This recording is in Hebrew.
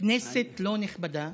כנסת לא נכבדה.